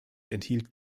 enthielt